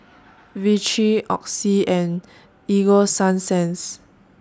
Vichy Oxy and Ego Sunsense